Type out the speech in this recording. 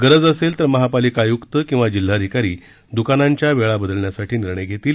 गरज असल्यास महापालिका आय्क्त किंवा जिल्हाधिकारी द्कानांच्या वेळा बदलण्यासाठी निर्णय घेतील